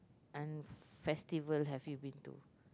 and festival have you been to